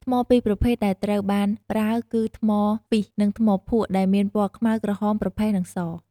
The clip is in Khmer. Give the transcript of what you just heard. ថ្មពីរប្រភេទដែលត្រូវបានប្រើគឺថ្មស្គីស (schist) និងថ្មភក់ ដែលមានពណ៌ខ្មៅ ក្រហម ប្រផេះ និងស។